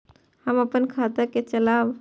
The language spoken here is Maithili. हम अपन खाता के चलाब?